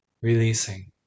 releasing